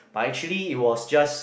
but actually it was just